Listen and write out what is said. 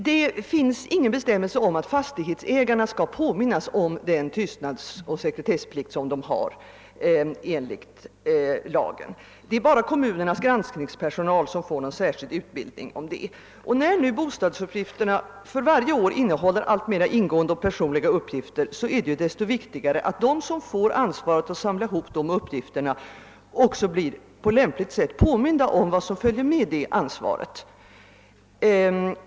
Det finns ingen bestämmelse om att fastighetsägarna skall påminnas om den tystnadsoch sekretessplikt som de har enligt lagen; det är bara kommunernas granskningspersonal som får någon särskild utbildning därvidlag. När nu bostadsuppgifterna för varje gång innehåller alltmer ingående och personliga uppgifter är det ju desto viktigare att de som får ansvaret att samla ihop formulären också blir på lämpligt sätt påminda om vad som följer med det ansvaret.